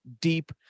deep